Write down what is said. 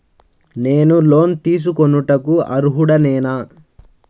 నేను లోన్ తీసుకొనుటకు అర్హుడనేన?